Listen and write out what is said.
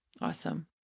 Awesome